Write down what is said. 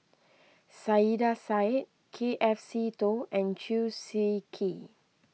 Saiedah Said K F Seetoh and Chew Swee Kee